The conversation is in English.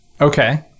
Okay